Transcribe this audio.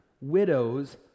widows